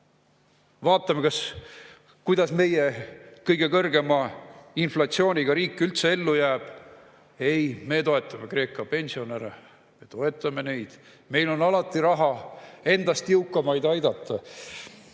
Vaatame, kuidas meie, kõige kõrgema inflatsiooniga riik üldse ellu jääb? Ei, me toetama Kreeka pensionäre, toetame neid. Meil on alati raha endast jõukamaid aidata. Nii